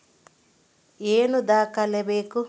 ಏನು ದಾಖಲೆ ಬೇಕು?